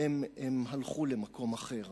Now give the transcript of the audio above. הם הלכו למקום אחר.